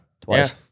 twice